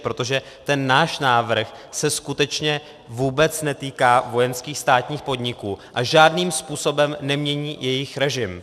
Protože ten náš návrh se skutečně vůbec netýká vojenských státních podniků a žádným způsobem nemění jejich režim.